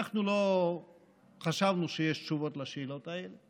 אנחנו לא חשבנו שיש תשובות על השאלות האלה,